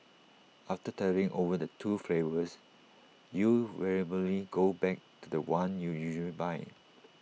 after dithering over the two flavours you invariably go back to The One you usually buy